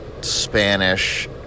Spanish